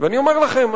ואני אומר לכם,